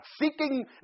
seeking